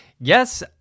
Yes